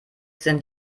sind